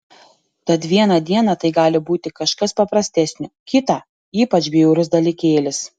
tad vieną dieną tai gali būti kažkas paprastesnio kitą ypač bjaurus dalykėlis